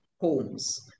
homes